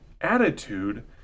attitude